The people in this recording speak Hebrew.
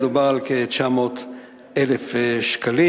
מדובר על כ-900,000 שקלים.